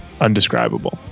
undescribable